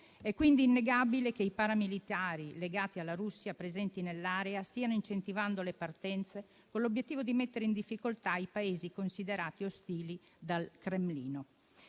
È quindi innegabile che i paramilitari legati alla Russia presenti nell'area stiano incentivando le partenze, con l'obiettivo di mettere in difficoltà i Paesi considerati ostili dal Cremlino.